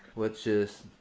which is.